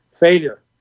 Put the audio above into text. failure